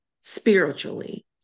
spiritually